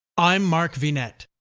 i'm mark vinet.